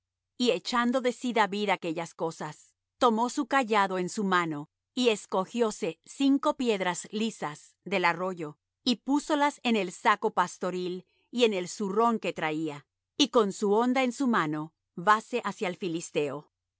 y echando de sí david aquellas cosas tomó su cayado en su mano y escogióse cinco piedras lisas del arroyo y púsolas en el saco pastoril y en el zurrón que traía y con su honda en su mano vase hacia el filisteo